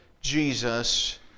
Jesus